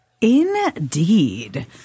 Indeed